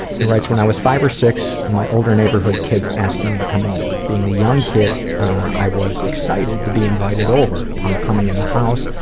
he writes when i was five or six, and my older neighborhood kids asked me to come over. being the young kid i was excited to be invited over. upon coming in the house,